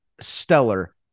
stellar